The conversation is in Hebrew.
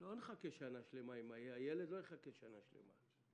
לא נחכה שנה שלמה, הילד לא יחכה שנה שלמה.